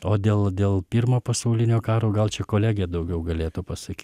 o dėl dėl pirmo pasaulinio karo gal čia kolegė daugiau galėtų pasakyt